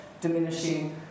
diminishing